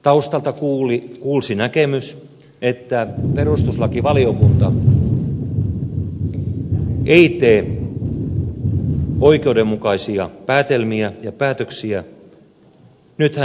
taustalta kuulsi näkemys että perustuslakivaliokunta ei tee oikeudenmukaisia päätelmiä ja päätöksiä